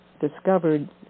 discovered